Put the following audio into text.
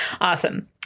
Awesome